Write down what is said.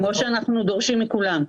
כמו שאנחנו דורשים מכולם.